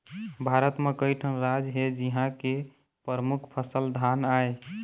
भारत म कइठन राज हे जिंहा के परमुख फसल धान आय